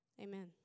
Amen